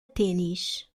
tênis